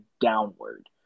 downward